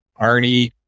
Arnie